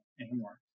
anymore